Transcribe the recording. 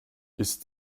ist